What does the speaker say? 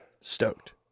stoked